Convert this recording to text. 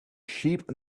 sheep